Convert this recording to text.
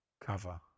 cover